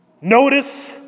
Notice